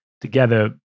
together